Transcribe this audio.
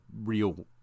real